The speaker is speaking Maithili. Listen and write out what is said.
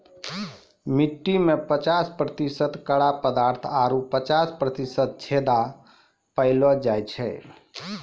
मट्टी में पचास प्रतिशत कड़ा पदार्थ आरु पचास प्रतिशत छेदा पायलो जाय छै